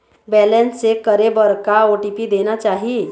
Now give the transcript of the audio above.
Balance check करे बर का ओ.टी.पी देना चाही?